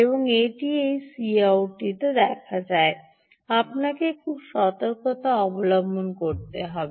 এবং এই Cout টি দেখা যায় আপনাকে খুব সতর্কতা অবলম্বন করতে হবে